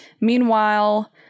Meanwhile